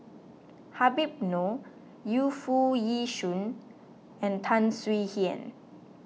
Habib Noh Yu Foo Yee Shoon and Tan Swie Hian